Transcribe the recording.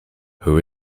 who